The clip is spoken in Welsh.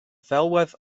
ddelwedd